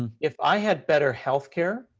and if i had better healthcare,